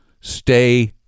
Stay